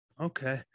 Okay